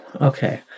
Okay